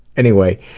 anyway,